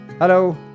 Hello